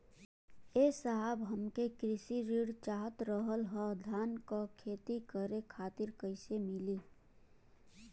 ए साहब हमके कृषि ऋण चाहत रहल ह धान क खेती करे खातिर कईसे मीली?